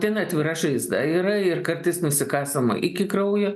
ten atvira žaizda yra ir kartais nusikasoma iki kraujo